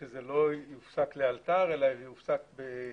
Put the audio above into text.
שזה לא יופסק לאלתר אלא יופסק בשלבים.